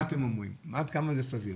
מה אתם אומרים, עד כמה זה סביר?